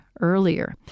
earlier